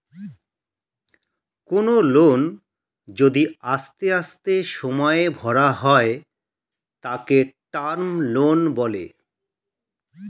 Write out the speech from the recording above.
কোনো লোন যদি আস্তে আস্তে সময়ে ভরা হয় তাকে টার্ম লোন বলে